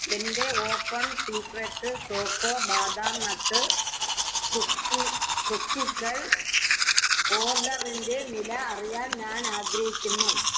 എന്റെ open secret choco badam nut കുക്കിക്കൾ ഓർഡറിന്റെ നില അറിയാൻ ഞാൻ ആഗ്രഹിക്കുന്നു